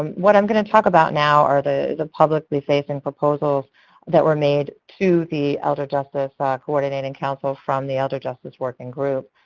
um what i'm going to talk about now are the the publicly facing proposals that were made to the elder justice ah coordinating council from the elder justice working group,